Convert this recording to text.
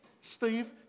Steve